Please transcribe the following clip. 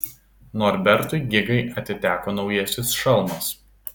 norbertui gigai atiteko naujasis šalmas